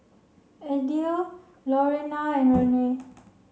Idell Lurena and Renae